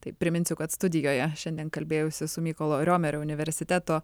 tai priminsiu kad studijoje šiandien kalbėjausi su mykolo riomerio universiteto